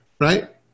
right